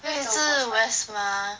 那也是 west mah